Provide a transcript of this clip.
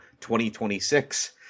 2026